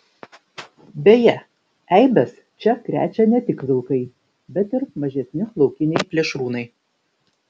beje eibes čia krečia ne tik vilkai bet ir mažesni laukiniai plėšrūnai